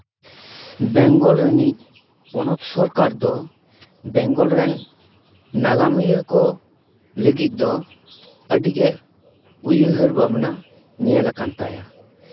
ᱵᱮᱝᱜᱚᱞ ᱨᱤᱱᱤᱡ ᱯᱚᱱᱚᱛ ᱥᱚᱨᱠᱟᱨ ᱫᱚ ᱵᱮᱝᱜᱚᱞ ᱨᱮᱱ ᱱᱟᱜᱟᱢᱤᱭᱟᱹ ᱠᱚ ᱞᱟᱹᱜᱤᱫ ᱫᱚ ᱟᱹᱰᱤ ᱜᱮ ᱩᱭᱦᱟᱹᱨ ᱵᱷᱟᱵᱽᱱᱟ ᱧᱮᱞ ᱟᱠᱟᱱ ᱛᱟᱭᱟ